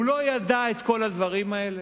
הוא לא ידע את כל הדברים האלה?